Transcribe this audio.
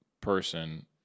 person